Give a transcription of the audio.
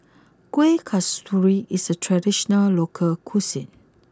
Kueh Kasturi is a traditional local cuisine